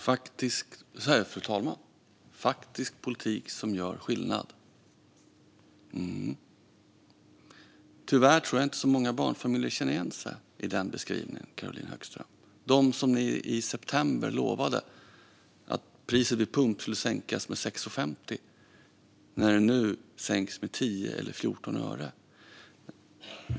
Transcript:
Fru talman! "Faktisk politik som gör skillnad." Tyvärr tror jag inte att så många barnfamiljer känner igen sig i den beskrivningen, Caroline Högström. Det var de som ni i september lovade att priset vid pump skulle sänkas med 6,50, när det nu sänks med 10 eller 14 öre.